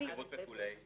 על החירות וכו'.